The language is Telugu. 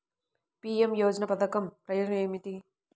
పీ.ఎం యోజన పధకం ప్రయోజనం ఏమితి?